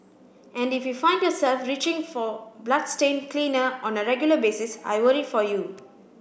and if you find yourself reaching for bloodstain cleaner on a regular basis I worry for you